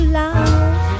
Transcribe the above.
love